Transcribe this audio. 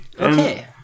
Okay